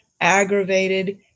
aggravated